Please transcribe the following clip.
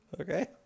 Okay